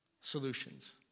solutions